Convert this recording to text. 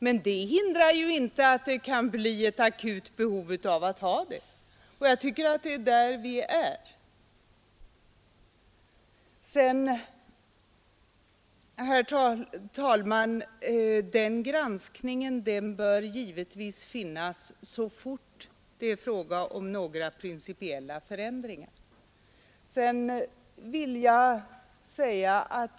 Men det hindrar inte att det kan uppstå ett akut behov av lagrådsgranskning, och jag tycker att det har gjort det. Den granskningen bör givetvis göras så fort det är fråga om några viktiga eller principiella förändringar.